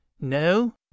No